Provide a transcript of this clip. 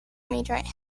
meteorite